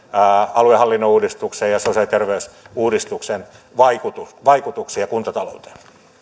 aluehallinnon uudistuksen ja sosiaali ja terveysuudistuksen vaikutuksia kuntatalouteen